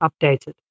updated